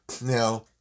Now